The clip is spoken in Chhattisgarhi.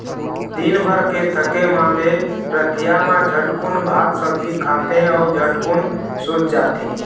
दिनभर के थके मांदे रतिहा मा झटकुन भात सब्जी खाथे अउ झटकुन सूत जाथे